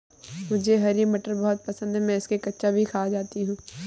मुझे हरी मटर बहुत पसंद है मैं इसे कच्चा भी खा जाती हूं